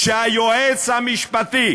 והיועץ המשפטי